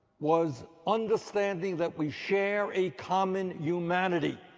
was understanding that we share a common humanity,